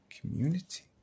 Community